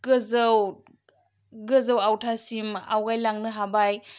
गोजौ गोजौ आवथासिम आवगायलांनो हाबाय